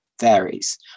varies